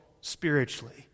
spiritually